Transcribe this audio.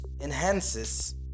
enhances